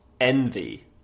envy